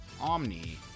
Omni